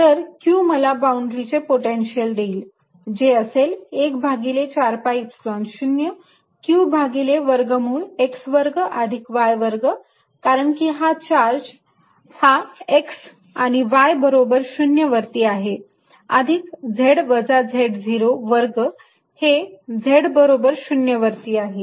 तर q मला boundary चे पोटेन्शिअल देईल जे असेल 1 भागिले 4 pi Epsilon 0 q भागिले वर्गमूळ x वर्ग अधिक y वर्ग कारण की चार्ज हा x आणि y बरोबर 0 वरती आहे अधिक z वजा z0 वर्ग हे z बरोबर 0 वरती आहे